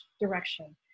direction